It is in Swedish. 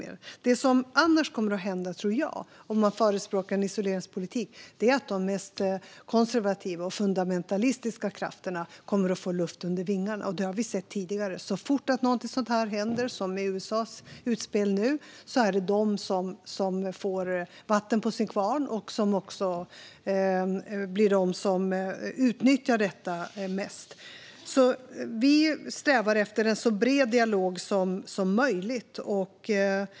Det jag tror annars skulle hända, om man förespråkar en isoleringspolitik, är att de mest konservativa och fundamentalistiska krafterna får luft under vingarna. Det har vi sett tidigare. Så fort någonting sådant här händer, som nu med USA:s utspel, är det de som får vatten på sin kvarn och som också blir de som utnyttjar detta mest. Vi strävar alltså efter en så bred dialog som möjligt.